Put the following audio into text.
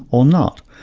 or not?